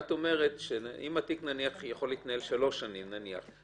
את אומרת שהתיק יכול להתנהל שלוש שנים נניח,